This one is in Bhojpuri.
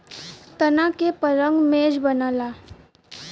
तना के पलंग मेज बनला